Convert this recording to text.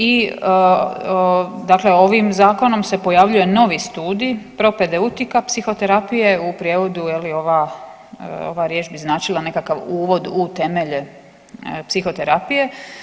I dakle ovim zakonom se pojavljuje novi studij propedeutika psihoterapije, u prijevodu ova riječ bi značila nekakav uvod u temelje psihoterapije.